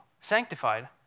sanctified